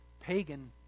pagan